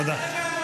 תודה.